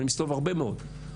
ואני מסתובב הרבה מאוד,